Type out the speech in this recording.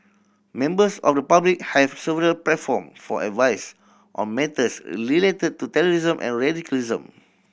members of the public have several platform for advice on matters related to terrorism and radicalism